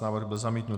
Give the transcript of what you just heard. Návrh byl zamítnut.